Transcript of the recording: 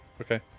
Okay